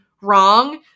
wrong